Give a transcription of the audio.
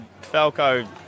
Falco